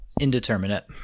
indeterminate